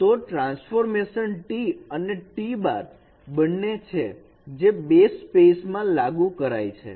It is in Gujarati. તો આ ટ્રાન્સફોર્મેશન T અને T' બને છે જે 2 સ્પેસ માં લાગુ કરાય છે